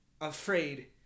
afraid